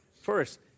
First